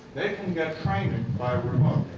can get training and by